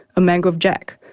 a mangrove jack,